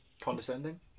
Condescending